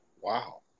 Wow